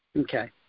Okay